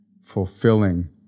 fulfilling